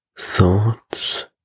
thoughts